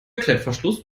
klettverschluss